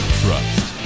trust